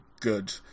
good